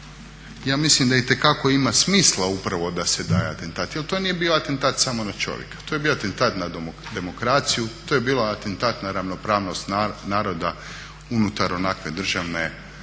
ja mislim da itekako ima smisla upravo da se daje atentat. Jer to nije bio atentat samo na čovjeka, to je bio atentat na demokraciju, to je bio atentat na ravnopravnost naroda unutar onakve državne organizacije,